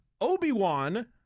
Obi-Wan